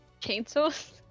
Chainsaws